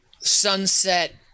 sunset